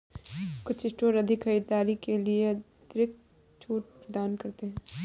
कुछ स्टोर अधिक खरीदारी के लिए अतिरिक्त छूट प्रदान करते हैं